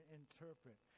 interpret